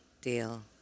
deal